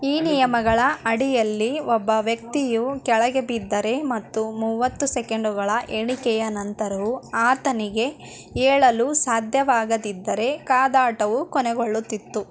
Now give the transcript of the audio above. ಈ ನಿಯಮಗಳ ಅಡಿಯಲ್ಲಿ ಒಬ್ಬ ವ್ಯಕ್ತಿಯು ಕೆಳಗೆ ಬಿದ್ದರೆ ಮತ್ತು ಮೂವತ್ತು ಸೆಕೆಂಡುಗಳ ಎಣಿಕೆಯ ನಂತರವು ಆತನಿಗೆ ಏಳಲು ಸಾಧ್ಯವಾಗದಿದ್ದರೆ ಕಾದಾಟವು ಕೊನೆಗೊಳ್ಳುತ್ತಿತ್ತು